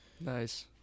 Nice